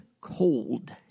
Cold